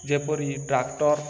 ଯେପରି ଟ୍ରାକ୍ଟର୍